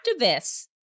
activists